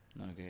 Okay